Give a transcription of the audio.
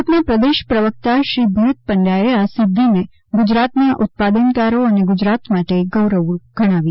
ભાજપના પ્રદેશ પ્રવકતા શ્રી ભરત પંડ્યાએ આ સિધ્ધિને ગુજરાતના ઉત્પાદનકારો અને ગુજરાત માટે ગૌરવરૂપ ગણાવી